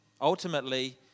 ultimately